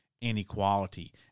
inequality